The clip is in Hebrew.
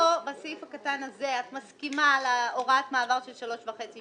בסעיף הקטן הזה את מסכימה להוראת מעבר של שלוש שנים וחצי,